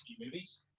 movies